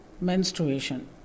menstruation